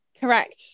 Correct